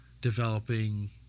developing